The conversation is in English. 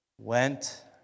went